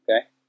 Okay